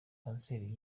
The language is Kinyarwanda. kanseri